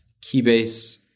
Keybase